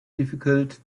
difficult